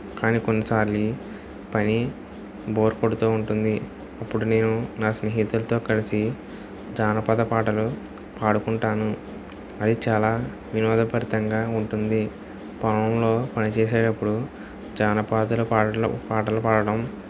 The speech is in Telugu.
కానీ కొన్నిసార్లు పని బోర్ కొడుతూ ఉంటుంది అప్పుడు నేను నా స్నేహితులతో కలిసి జానపద పాటలు పాడుకుంటాను అవి చాలా వినోదభరితంగా ఉంటుంది పొలంలో పని చేసేటప్పుడు జానపద పాత పాటలు పాడడం